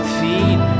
feet